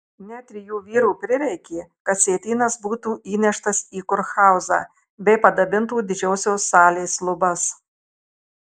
net trijų vyrų prireikė kad sietynas būtų įneštas į kurhauzą bei padabintų didžiosios salės lubas